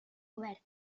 obert